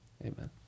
amen